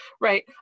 right